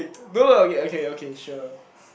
no lah okay okay okay sure